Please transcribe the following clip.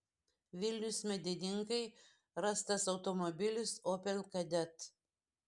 vilnius medininkai rastas automobilis opel kadett